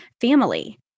family